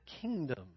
kingdom